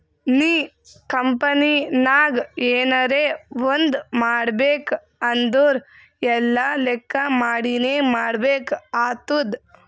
ನೀ ಕಂಪನಿನಾಗ್ ಎನರೇ ಒಂದ್ ಮಾಡ್ಬೇಕ್ ಅಂದುರ್ ಎಲ್ಲಾ ಲೆಕ್ಕಾ ಮಾಡಿನೇ ಮಾಡ್ಬೇಕ್ ಆತ್ತುದ್